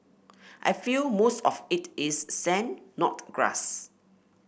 I feel most of it is sand not grass